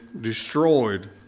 destroyed